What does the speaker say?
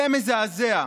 זה מזעזע.